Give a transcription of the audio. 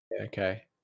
Okay